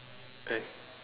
eh